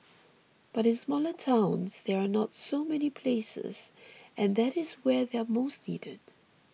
but in smaller towns there are not so many places and that is where they are most needed